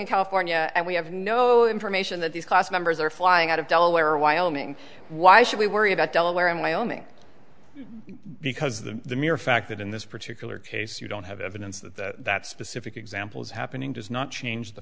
in california and we have no information that these class members are flying out of delaware or wyoming why should we worry about delaware and wyoming because the mere fact that in this particular case you don't have evidence that that specific example is happening does not change the